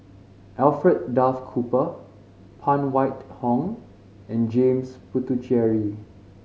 Alfred Duff Cooper Phan Wait Hong and James Puthucheary